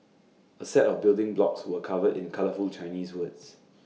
A set of building blocks were covered in colourful Chinese words